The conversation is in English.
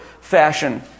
fashion